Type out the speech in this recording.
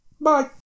Bye